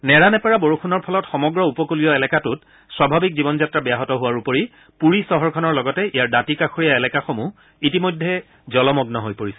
নেৰানেপেৰা বৰষুণৰ ফলত সমগ্ৰ উপকূলীয় এলেকাটোত স্বাভাৱিক জীৱনযাত্ৰা ব্যাহত হোৱাৰ উপৰি পুৰী চহৰখনৰ লগতে ইয়াৰ দাঁতি কাষৰীয়া এলেকাসমূহ ইতিমধ্যে জলমগ্ন হৈ পৰিছে